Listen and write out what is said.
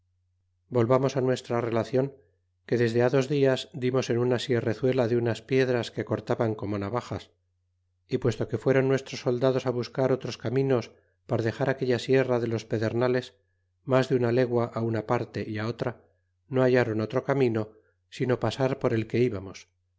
volvamos nuestra relacion que desde dos dias dimos en una sierrezuela de unas piedras que cortaban como nabajas y puesto que fueron nuestros soldados buscar otros caminos para dexar aquella sierra de los pedernales mas de una legua á una parte é otra no hallaron otro camino sino pasar por el que íbamos